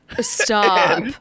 Stop